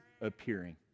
appearing